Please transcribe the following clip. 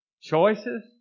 choices